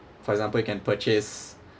for example you can purchase